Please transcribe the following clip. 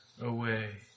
away